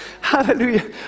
Hallelujah